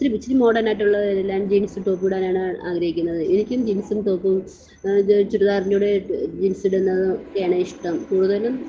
ഒത്തിരി ഇച്ചിരി മോഡേണായിട്ടുള്ളവരെല്ലാം ജീൻസും ടോപ്പും ഇടാനാണ് ആഗ്രഹിക്കുന്നത് എനിക്കും ജീൻസും ടോപ്പും ഇത് ചുരിദാറിൻ്റെകൂടെ ജീൻസിടുന്നതും ഒക്കെയാണ് ഇഷ്ടം കൂടുതലും